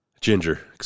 Ginger